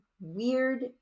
weird